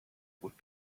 would